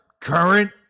current